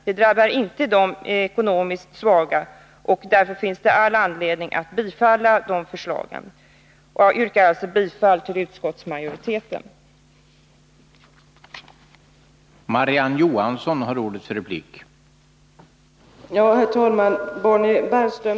De drabbar inte de ekonomiskt svaga. Därför finns det all anledning att bifalla förslagen. Jag yrkar alltså bifall till utskottsmajoritetens förslag.